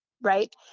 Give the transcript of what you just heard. Right